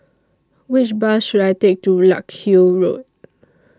Which Bus should I Take to Larkhill Road